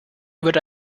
wird